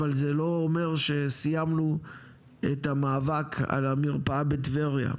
אבל זה לא אומר שסיימנו את המאבק על המרפאה בטבריה.